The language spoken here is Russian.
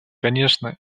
конечно